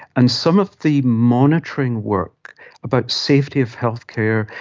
and some of the monitoring work about safety of healthcare,